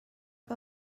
que